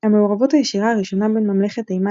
המעורבות הישירה הראשונה בין ממלכת תימן